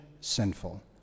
sinful